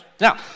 Now